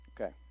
Okay